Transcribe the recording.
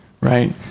Right